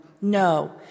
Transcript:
No